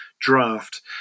draft